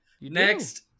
Next